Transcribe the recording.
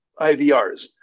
ivrs